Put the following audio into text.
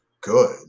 good